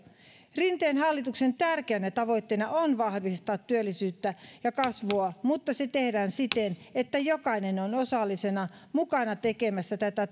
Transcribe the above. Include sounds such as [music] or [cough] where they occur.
rinteen hallituksen tärkeänä tavoitteena on vahvistaa työllisyyttä ja kasvua mutta se tehdään siten että jokainen on osallisena mukana tekemässä tätä [unintelligible]